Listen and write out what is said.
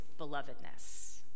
belovedness